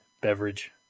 beverage